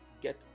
get